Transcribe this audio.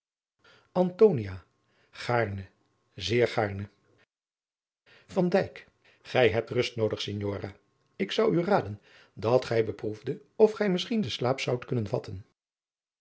gaarne zeer gaarne van dijk gij hebt rust noodig signora ik zou u raden dat gij beproefde of gij misschien den slaap zoudt kunnen vatten